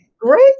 great